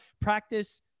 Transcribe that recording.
practice